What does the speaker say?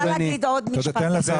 לא, לא.